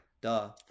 Duh